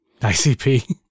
ICP